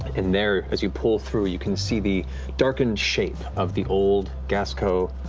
and there, as you pull through, you can see the darkened shape of the old gas co.